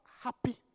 happy